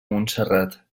montserrat